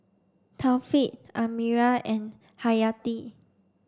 Thaqif Amirah and Haryati